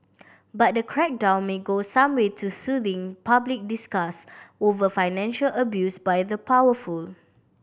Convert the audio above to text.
but the crackdown may go some way to soothing public disgust over financial abuse by the powerful